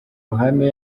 ruhame